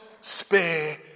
spare